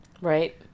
Right